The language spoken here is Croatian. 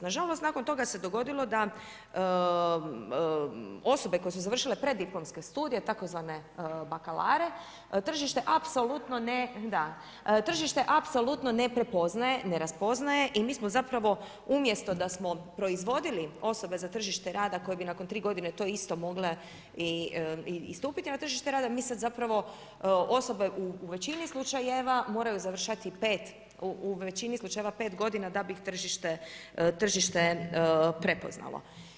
Nažalost nakon toga se dogodilo da osobe koje su završile preddiplomske studije tzv. „bakalare“, tržište apsolutno ne prepoznaje, ne raspoznaje i mi smo zapravo umjesto da smo proizvodili osobe za tržište rada koji bi nakon 3 godine to isto mogle i istupiti na tržište rada, mi sad zapravo osobe u većini slučajeva moraju završavati 5, u većini slučajeva 5 godina da bi tržište prepoznalo.